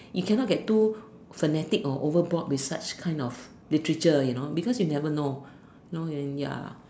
you cannot get too fanatic or overboard with such kind of literature you know because you never know you know and ya